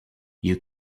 you